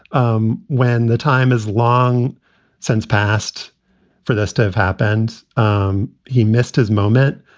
um when the time has long since passed for this to have happened, um he missed his moment.